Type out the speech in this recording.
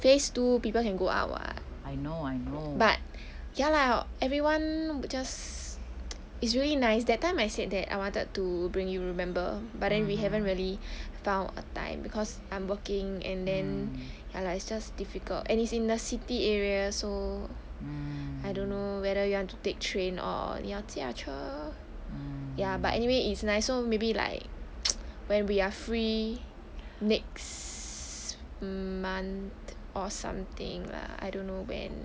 phase two people can go out [what] but ya lah everyone jus~ it's really nice that time I said that I wanted to bring you remember but then we haven't really found a time because I'm working and then ya lah it's just difficult and it's in the city area so I don't know whether you want to take train or 你要驾车 ya but anyway it's nice so maybe like when we are free next month or something lah I don't know when